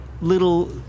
little